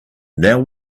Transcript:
now